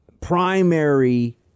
primary